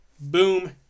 boom